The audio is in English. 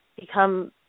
become